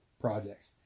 projects